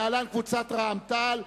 להלן: קבוצת סיעת רע"ם-תע"ל.